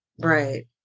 right